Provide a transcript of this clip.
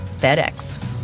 FedEx